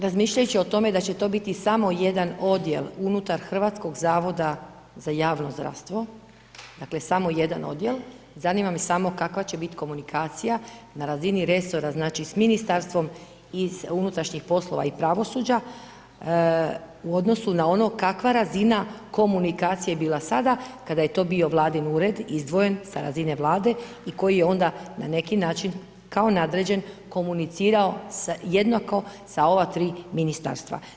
Razmišljajući o tome da će to biti samo jedan odjel unutar Hrvatskog zavoda za javno zdravstvo, dakle, samo jedan odjel, zanima me samo kakva će biti komunikacija na razini resora, znači, s MUP-a i pravosuđa u odnosu na ono kakva razina komunikacije je bila sada kada je to bio Vladin Ured izdvojen sa razine Vlade i koji je onda, na neki način, kao nadređen, komunicirao jednako sa ova tri Ministarstva.